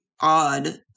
odd